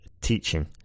teaching